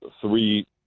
three